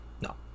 No